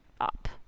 up